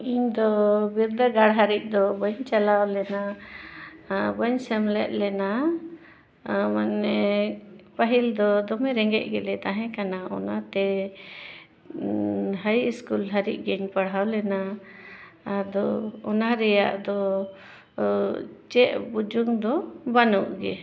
ᱤᱧ ᱫᱚ ᱵᱤᱨᱫᱟᱹᱜᱟᱲ ᱦᱟᱹᱨᱤᱡ ᱫᱚ ᱵᱟᱹᱧ ᱪᱟᱞᱟᱣ ᱞᱮᱱᱟ ᱵᱟᱹᱧ ᱥᱮᱢᱞᱮᱫ ᱞᱮᱱᱟ ᱢᱟᱱᱮ ᱯᱟᱹᱦᱤᱞ ᱫᱚ ᱫᱚᱢᱮ ᱨᱮᱸᱜᱮᱡ ᱜᱮᱞᱮ ᱛᱟᱦᱮᱸ ᱠᱟᱱᱟ ᱚᱱᱟᱛᱮ ᱦᱟᱭ ᱥᱠᱩᱞ ᱦᱟᱹᱨᱤᱡ ᱜᱤᱧ ᱯᱟᱲᱦᱟᱣ ᱞᱮᱱᱟ ᱟᱫᱚ ᱚᱱᱟ ᱨᱮᱭᱟᱜ ᱫᱚ ᱪᱮᱫ ᱵᱩᱡᱩᱝ ᱫᱚ ᱵᱟᱹᱱᱩᱜ ᱜᱮ